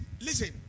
listen